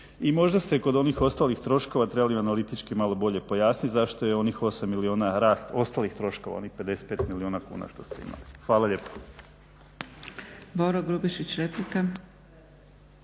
I možda ste kod onih ostalih troškova trebali analitički malo bolje pojasniti zašto je onih 8 milijuna rast ostalih troškova, onih 55 milijuna kuna što ste imali. Hvala lijepo.